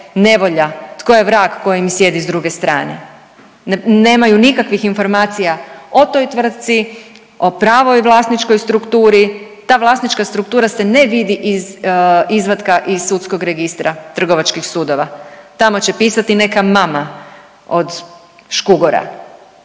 nevolja, tko je vrag koji im sjedi s druge strane, nemaju nikakvih informacija o toj tvrtci, o pravoj vlasničkoj strukturi, ta vlasnička struktura se ne vidi iz izvatka iz sudskog registra trgovačkih sudova, tamo će pisati neka mama od Škugora